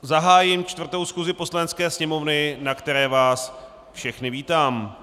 Zahájím 4. schůzi Poslanecké sněmovny, na které vás všechny vítám.